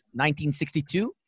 1962